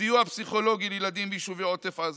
סיוע פסיכולוגי לילדים ביישובי עוטף עזה,